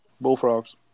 Bullfrogs